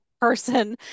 person